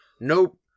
nope